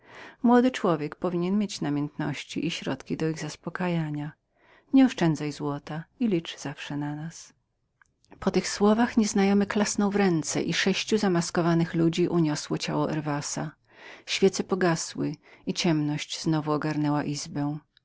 młody człowiek powinien mieć namiętności i środki do zaspokajania ich nie oszczędzaj złota i licz zawsze na nas po tych słowach nieznajomy klasnął w dłonie sześciu ludzi zamaskowanych weszło i uniosło ciało herwasa świece pogasły i ciemność znowu ogarnęła izbę